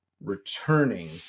returning